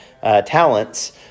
talents